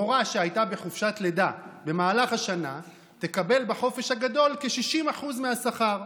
מורה שהייתה בחופשת לידה במהלך השנה תקבל בחופש הגדול כ-60% מהשכר,